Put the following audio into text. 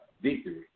victory